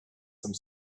some